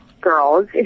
girls